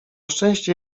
szczęście